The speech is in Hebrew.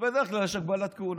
בדרך כלל יש הגבלת כהונה.